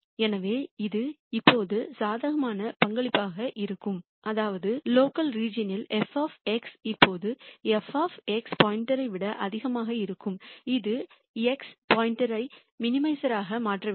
எனவே இது எப்போதும் சாதகமான பங்களிப்பாக இருக்கும் அதாவது உள்ளூர் பிராந்தியத்தில் f எப்போதும் fxஐ விட அதிகமாக இருக்கும் இது x ஐ மினிமைசராக மாற்ற வேண்டும்